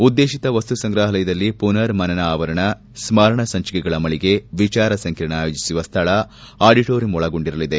ಉದ್ದೇಶಿತ ವಸ್ತು ಸಂಗ್ರಹಾಲಯದಲ್ಲಿ ಪುನರ್ ಮನನ ಆವರಣ ಸ್ಮರಣ ಸಂಚಿಕೆಗಳ ಮಳಿಗೆ ವಿಚಾರ ಸಂಕೀರ್ಣ ಆಯೋಜಿಸುವ ಸ್ಥಳ ಆಡಿಟೋರಿಯಂ ಒಳಗೊಂಡಿರಲಿದೆ